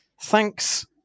Thanks